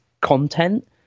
content